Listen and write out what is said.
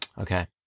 Okay